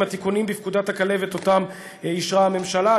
התיקונים בפקודת הכלבת שאישרה הממשלה.